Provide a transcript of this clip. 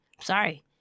sorry